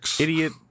idiot